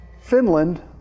Finland